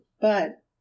but